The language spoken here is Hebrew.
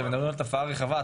אתם מדברים על תופעה רחבה,